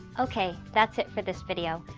ok, that's it for this video.